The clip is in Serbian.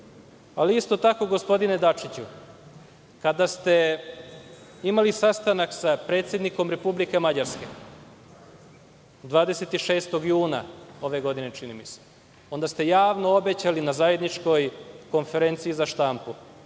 tako, gospodine Dačiću, kada ste imali sastanak predsednikom Republike Mađarske, 26. juna ove godine, čini mi se, onda ste javno obećali na zajedničkoj konferenciji za štampu